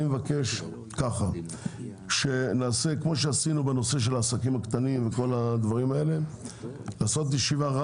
אני מבקש כך: כמו שעשינו בנושא של העסקים הקטנים שנעשה ישיבה,